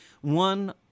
one